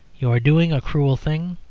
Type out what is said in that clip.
you are doing a cruel thing,